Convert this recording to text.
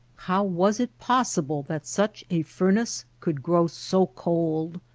how was it possible that such a furnace could grow so cold!